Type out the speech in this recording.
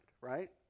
right